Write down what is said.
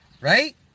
right